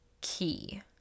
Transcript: key